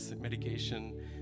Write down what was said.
medication